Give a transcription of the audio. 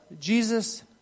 Jesus